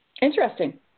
Interesting